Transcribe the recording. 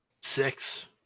Six